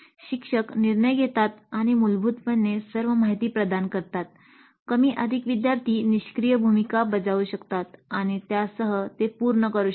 शिक्षक निर्णय घेतात आणि मूलभूतपणे सर्व माहिती प्रदान करतात कमी अधिक विद्यार्थी निष्क्रीय भूमिका बजावू शकतात आणि त्यासह ते पूर्ण करू शकतात